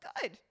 good